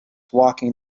walking